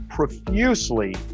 profusely